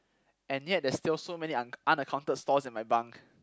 and yet there's still so many unc~ unaccounted stores in my bunk